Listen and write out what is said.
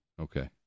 Okay